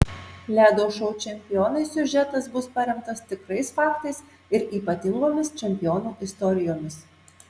ledo šou čempionai siužetas bus paremtas tikrais faktais ir ypatingomis čempionų istorijomis